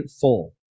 full